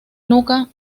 nuca